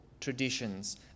traditions